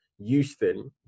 Houston